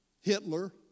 Hitler